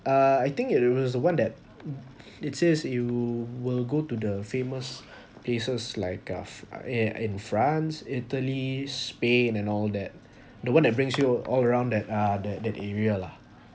uh I think it was the one that it says it will go to the famous places like uh in in france italy spain and all that the one that brings you all around that uh that that area lah